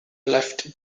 left